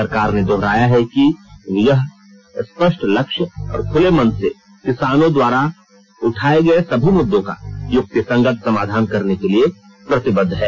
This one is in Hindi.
सरकार ने दोहराया है कि वह स्पष्ट लक्ष्य और खुले मन से किसानों द्वारा उठाए गए सभी मुद्दों का युक्तिसंगत समाधान करने के लिए प्रतिबद्ध है